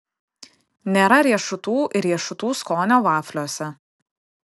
nėra riešutų ir riešutų skonio vafliuose